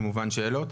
כמובן שאלות,